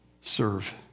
serve